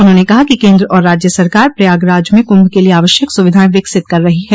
उन्होंने कहा कि केन्द्र और राज्य सरकार द्वारा प्रयागराज में कुभ के लिए आवश्यक सुविधाएं विकसित कर रही है